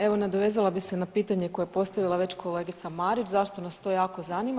Evo nadovezala bi se na pitanje koje je postavila već kolegica Marić, zašto nas to jako zanima?